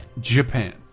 Japan